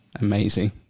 amazing